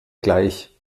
gleich